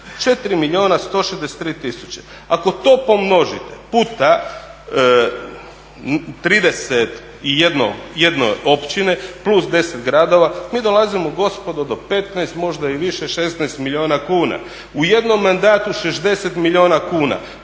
163 tisuće. Ako to pomnožite puta 31 općina plus 10 gradova, mi dolazimo gospodo do 15, možda i više, 16 milijuna kuna. U jednom mandatu 60 milijuna kuna